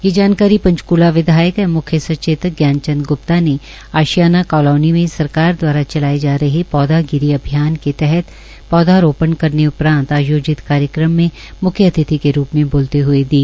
यह जानकारी पंचकूला विधायक एवं म्ख्य सचेतक ज्ञानचंद ग्प्ता ने आशियाना कॉलोनी में सरकार दवारा चलाए जा रहे पौधागिरी अभियान के तहत पौधारोपण करने उपरांत आयोजित कार्यक्रम में म्ख्यतिथि के रूप में बोलते हए दी